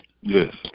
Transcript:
Yes